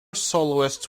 soloists